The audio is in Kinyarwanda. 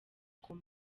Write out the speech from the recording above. koma